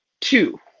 two